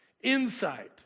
insight